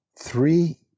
Three